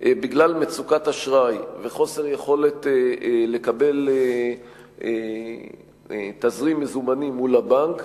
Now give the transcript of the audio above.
בגלל מצוקת אשראי וחוסר יכולת לקבל תזרים מזומנים מול הבנק,